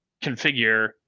configure